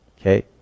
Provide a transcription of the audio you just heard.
Okay